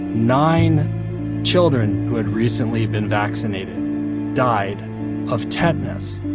nine children who had recently been vaccinated died of tetanus.